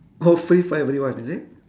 oh free for everyone is it